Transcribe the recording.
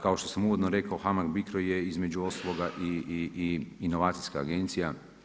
Kao što sam uvodno rekao HAMAG-BICRO je između ostaloga inovacijska agencija.